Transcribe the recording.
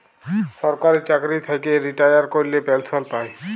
সরকারি চাকরি থ্যাইকে রিটায়ার ক্যইরে পেলসল পায়